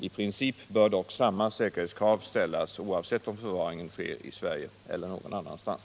I princip bör dock samma säkerhetskrav ställas, oavsett om förvaringen sker i Sverige eller någon annanstans.